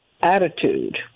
attitude